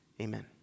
amen